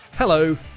Hello